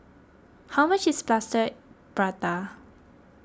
how much is Plaster Prata